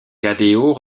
cadéot